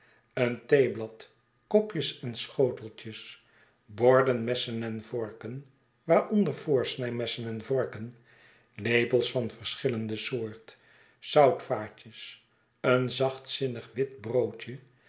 een theeblad kopjes en schoteltjes borden messen en vorken waaronder voorsnijmessen en vorken lepels van verschillende soort zoutvaatjes een zachtzinnig wit broodje